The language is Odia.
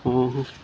ହଁ ହଁ